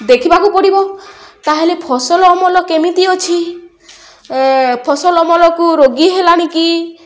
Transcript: ଦେଖିବାକୁ ପଡ଼ିବ ତାହେଲେ ଫସଲ ଅମଲ କେମିତି ଅଛି ଫସଲ ଅମଲକୁ ରୋଗୀ ହେଲାଣିିକି